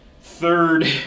third